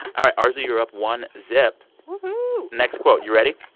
all right. arezou, you're up one zip woohoo next quote. you ready?